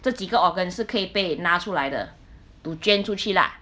这几个 organ 是可以被拿出来的 to 捐出去啦